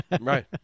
Right